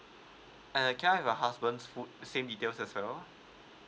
and can I have your husband's full same details as well